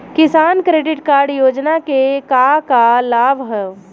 किसान credit card योजना के का का लाभ ह?